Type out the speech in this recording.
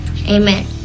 Amen